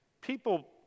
people